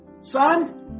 Son